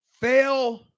fail